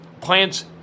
plants